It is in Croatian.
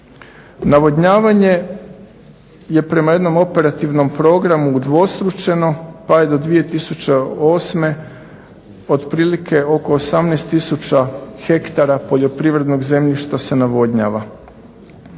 navodnjavanje je prema jednom operativnom programu udvostručeno pa je do 2008. otprilike oko 18000 hektara poljoprivrednog zemljišta se navodnjava.